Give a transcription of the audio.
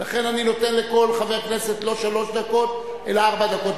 ולכן אני נותן לכל חבר כנסת לא שלוש דקות אלא ארבע דקות.